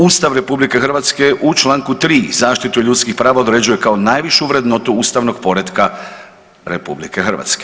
Ustav RH u čl. 3 zaštitu ljudskih prava određuje kao najvišu vrednotu ustavnog poretka RH.